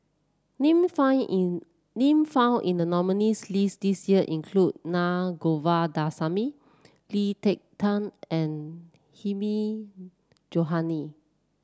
name found in name found in the nominees' list this year include Na Govindasamy Lee Ek Tieng and Hilmi Johandi